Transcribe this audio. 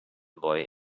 boy